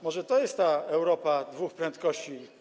Może to jest ta Europa dwóch prędkości.